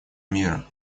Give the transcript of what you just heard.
мира